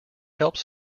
helped